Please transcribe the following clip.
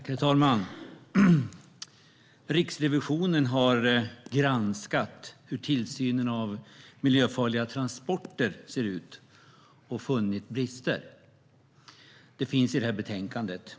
Herr talman! Riksrevisionen har granskat hur tillsynen av miljöfarliga transporter ser ut och funnit brister. Det beskrivs i betänkandet.